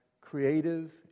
creative